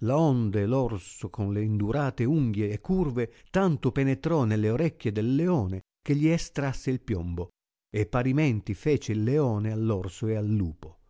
onde l orso con le indurate unghie e curve tanto penetrò nelle orecchie del leone che gli estrasse il piombo e parimenti fece il leone all'orso e al lupo